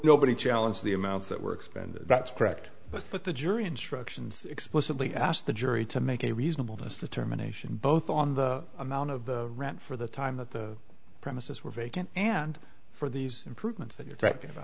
nobody challenge the amounts that were expended that's correct but the jury instructions explicitly asked the jury to make a reasonable distance terminations both on the amount of the rent for the time that the premises were vacant and for these improvements that you're talking about